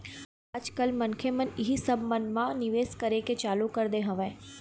आज कल मनखे मन इही सब मन म निवेश करे के चालू कर दे हवय